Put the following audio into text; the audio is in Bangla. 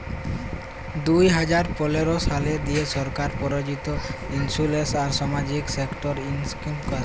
দু হাজার পলের সালে সরকার দিঁয়ে পরযোজিত ইলসুরেলস আর সামাজিক সেক্টর ইস্কিম আসে